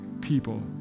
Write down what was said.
people